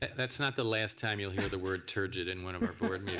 that's not the last time you will hear the word turnid in one of our board